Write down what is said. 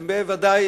זה בוודאי